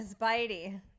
Spidey